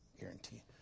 guarantee